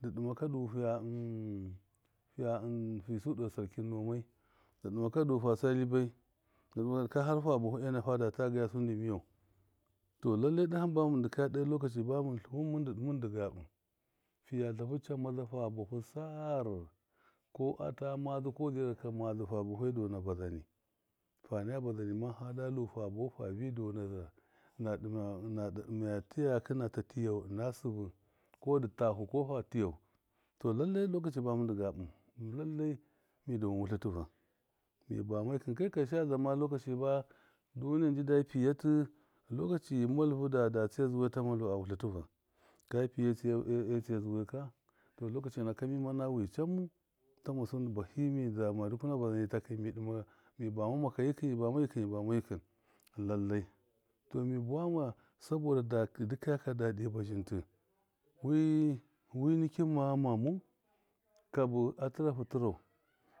fa buwafu fabi wuya dɨbɨ dɨ hɨmaka du fiya fisu de sarkɨn namai dɨ dɨma du fasa libai dɨ dɨmaka har fa bafu ena fadata gaya su- ndɨ miyan, tɔ lallai da hamba mɨn dikaya de lɔkaci bamɨn tluwɨn mɨndɨ gabṫɨ tlafu camaza fa bafu sar- ko ata madzɨ kɔ zɨraka, madzɨ fa bafa dɔna bazani fanaya bazani mafa dalu, fa bɔfu fabi dɔnaza na dɨma na ɗadinga tiyaki na tatṫyayau ɨna sɨbɨ ko dɨ fafu kɔ fa tiyau, tɔ lellai lɔkaci ba mɨndɨ gabɨ mi dawɨn wutlɨ tivan mi bama yikɨn kai karshaya zama lɔkaci ba duniya njida piyatɨ lɔkaci malⱱu da da taiya zuwai ta malva a wutlɨ tɨvan ka piye e- e tsiya zuwai katɔ lɔkaci naka mimana wi camu, tamma su- ndɨ bahɨ mi zama dukuna bazani takɨn midɨma mi bama maka yikɨm mi bama yikɨm mi bayikɨm lallai tɔ mi buwa sabɔda da dikaya ka daɗɨ bazhɨntɨ wi- wi nikin ma ghama mau kabɨ a tirafu tirau.